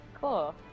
cool